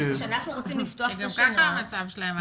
שאנחנו רוצים לפתוח את השנה --- גם ככה המצב שלהם על הפנים.